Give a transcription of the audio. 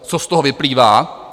Co z toho vyplývá?